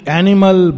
animal